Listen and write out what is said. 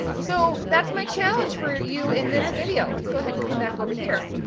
so that's my challenge for you in this video. let's go ahead and come back over here,